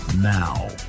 Now